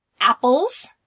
apples